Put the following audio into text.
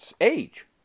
age